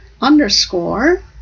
underscore